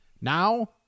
now